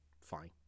fine